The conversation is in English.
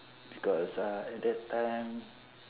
because uh at that time